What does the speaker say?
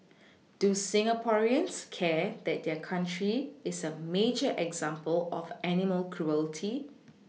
do Singaporeans care that their country is a major example of animal cruelty